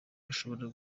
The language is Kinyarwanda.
ashobora